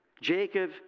Jacob